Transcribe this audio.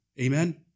Amen